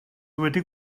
wedi